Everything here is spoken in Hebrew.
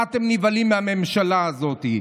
מה אתם נבהלים מהממשלה הזאת?